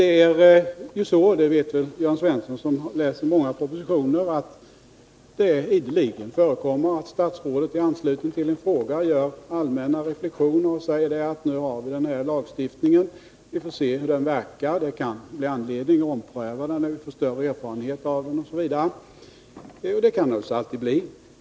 Jörn Svensson, som läser många propositioner, vet säkert att det ideligen förekommer att ett statsråd i anslutning till en fråga gör allmänna reflexioner och säger: Nu har vi den här lagstiftningen, och vi får se hur den verkar — det kan bli anledning att ompröva den när vi får större erfarenhet av den osv. Och det kan det naturligtvis bli.